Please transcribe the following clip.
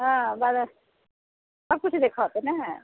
हँ सभ किछु देखाओत नहि